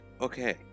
Okay